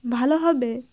ভালো হবে